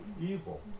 evil